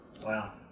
Wow